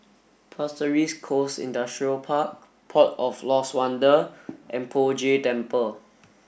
Pasir Ris Coast Industrial Park Port of Lost Wonder and Poh Jay Temple